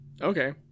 Okay